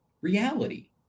reality